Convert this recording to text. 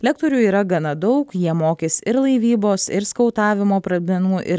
lektorių yra gana daug jie mokys ir laivybos ir skautavimo pradmenų ir